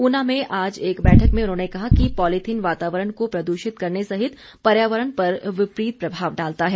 ऊना में आज एक बैठक में उन्होंने कहा कि पॉलिथीन वातावरण को प्रदूषित करने सहित पर्यावरण पर विपरीत प्रभाव डालता है